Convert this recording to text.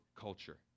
culture